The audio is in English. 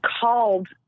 called